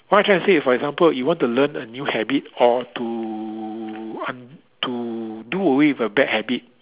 what I'm trying to say is for example if you want to learn a new habit or to un~ to do away with a bad habit